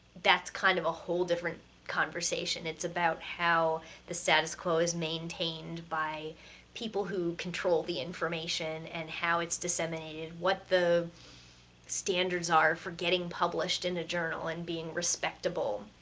that's kind of a whole different conversation. it's about how the status quo is maintained by people who control the information and how it's disseminated, what the standards are for getting published in a journal and being respectable,